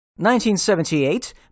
1978